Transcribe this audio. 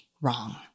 wrong